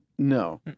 No